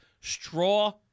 straw